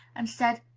and said,